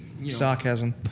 sarcasm